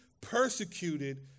persecuted